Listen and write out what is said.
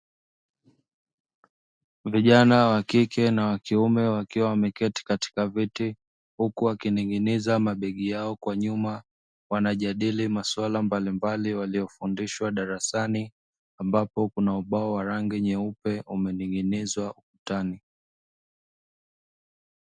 Vijana wakike na wakiume wakiwa wameketi katika viti, huku wakining'iniza mabegi yao kwa nyuma, wanajadili mambo mbalimbali waliyofundishwa darasani ambapo kuna ubao wa rangi nyeupe umening'inizwa ukutani.